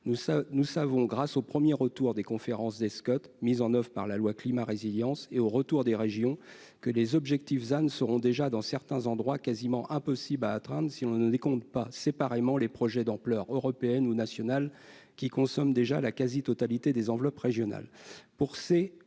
Nous savons, grâce aux premiers retours des conférences des Scot, mises en oeuvre par la loi Climat et résilience, et des régions, que les objectifs ZAN seront déjà, dans certains endroits, quasiment impossibles à atteindre, si l'on ne décompte pas séparément les projets d'ampleur européenne ou nationale, qui consomment déjà la quasi-totalité des enveloppes régionales.